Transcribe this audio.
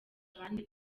abandi